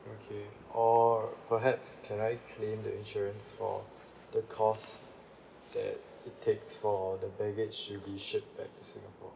okay or perhaps can I claim the insurance for the cost that it takes for the baggage to be shipped back to singapore